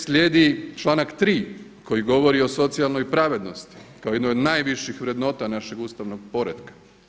Slijedi članak 3. koji govori o socijalnoj pravednosti kao jednoj od najviših vrednota našeg ustavnog poretka.